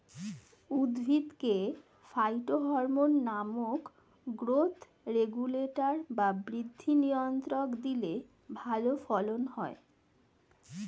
উদ্ভিদকে ফাইটোহরমোন নামক growth regulator বা বৃদ্ধি নিয়ন্ত্রক দিলে ভালো ফলন হয়